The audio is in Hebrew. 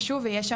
להיות,